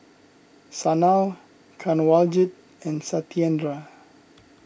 Sanal Kanwaljit and Satyendra